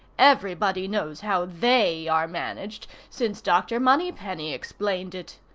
everybody knows how they are managed, since dr. moneypenny explained it.